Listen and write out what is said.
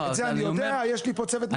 את זה אני יודע, יש לי פה צוות משפטי מדהים.